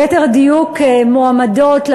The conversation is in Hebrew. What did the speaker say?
דיוק מועמדות,